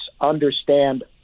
understand